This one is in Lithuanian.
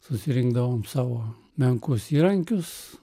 susirinkdavom savo menkus įrankius